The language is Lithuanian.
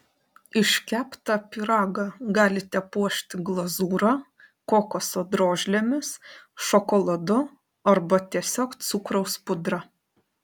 iškeptą pyragą galite puošti glazūra kokoso drožlėmis šokoladu arba tiesiog cukraus pudra